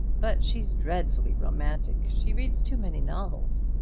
but she's dreadfully romantic. she reads too many novels.